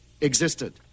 existed